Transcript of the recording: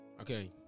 Okay